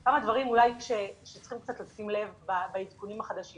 אבל כמה דברים שצריכים קצת לשים לב בעדכונים החדשים.